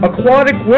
Aquatic